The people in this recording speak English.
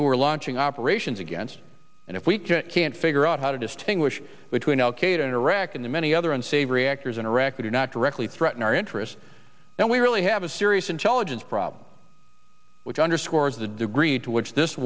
who are launching operations against and if we can't figure out how to distinguish between al qaeda in iraq and the many other unsavory actors in iraq that are not directly threaten our interests then we really have a serious intelligence problem which underscores the degree to which this